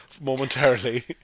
momentarily